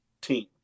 team